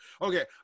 Okay